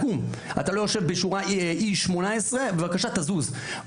אתה לא יושב בשורה E18, בבקשה תזוז.